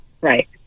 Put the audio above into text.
Right